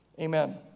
amen